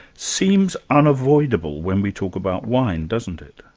seems unavoidable when we talk about wine, doesn't it?